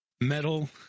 metal